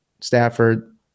Stafford